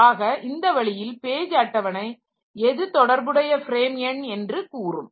ஆக இந்த வழியில் பேஜ் அட்டவணை எது தொடர்புடைய ஃப்ரேம் எண் என்று கூறும்